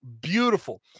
beautiful